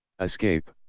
escape